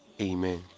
Amen